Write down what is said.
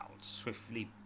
swiftly